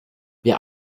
wer